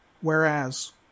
Whereas